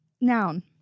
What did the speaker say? Noun